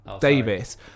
Davis